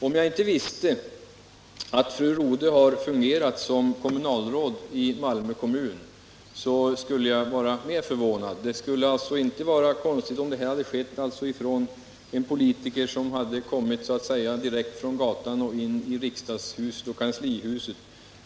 Om jag inte visste att fru Rodhe har varit kommunalråd i Malmö kommun, skulle jag vara mindre förvånad. Det skulle inte ha varit konstigt om detta hade gjorts av en politiker som så att säga hade kommit direkt från gatan in i riksdagshus och kanslihus.